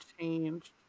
changed